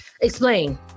Explain